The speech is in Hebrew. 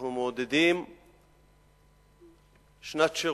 אנחנו מעודדים שנת שירות,